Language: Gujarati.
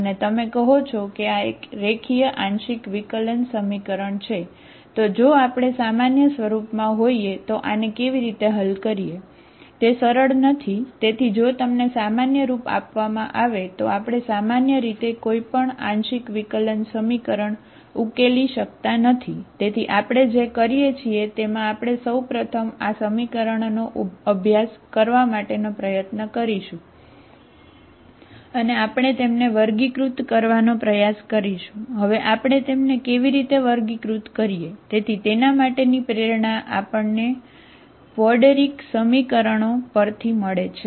અને ગુણાંકમાં u ના કોઈપણ વિધેય પરથી મળે છે